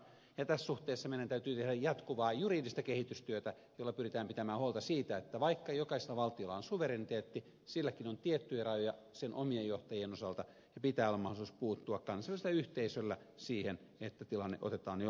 tässä suhteessa meidän täytyy tehdä jatkuvaa juridista kehitystyötä jolla pyritään pitämään huolta siitä että vaikka jokaisella valtiolla on suvereniteetti silläkin on tiettyjä rajoja sen omien johtajien osalta ja kansainvälisellä yhteisöllä pitää olla mahdollisuus puuttua siihen että tilanne otetaan jollakin tavalla haltuun